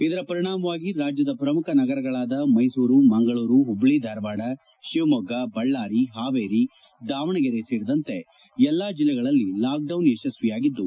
ಇದರ ಪರಿಣಾಮವಾಗಿ ರಾಜ್ಯದ ಪ್ರಮುಖ ನಗರಗಳಾದ ಮೈಸೂರು ಮಂಗಳೂರು ಹುಬ್ಲಳ್ದಿ ಧಾರವಾಡ ಶಿವಮೊಗ್ಗ ಬಳ್ಗಾರಿ ಹಾವೇರಿ ದಾವಣಗೆರೆ ಸೇರಿದಂತೆ ಎಲ್ಲಾ ಜಿಲ್ಲೆಗಳಲ್ಲಿ ಲಾಕೆಡೌನ್ ಯಶಸ್ತಿಯಾಗಿದ್ದು